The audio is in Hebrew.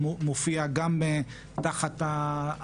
שזה לא רק מעקב פיזי אלא באמצעים טכנולוגיים.